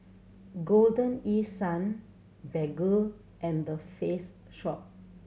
Golden East Sun Baggu and The Face Shop